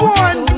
one